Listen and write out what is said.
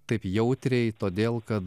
taip jautriai todėl kad